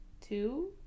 two